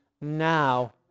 now